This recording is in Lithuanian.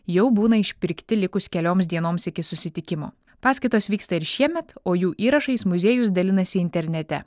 jau būna išpirkti likus kelioms dienoms iki susitikimo paskaitos vyksta ir šiemet o jų įrašais muziejus dalinasi internete